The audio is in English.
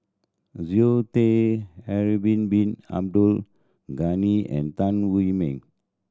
Zoe Tay Harun Bin Abdul Ghani and Tan Wu Meng